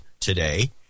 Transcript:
today